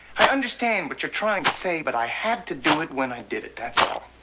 i understand what you're trying to say, but i had to do it when i did it, that's all.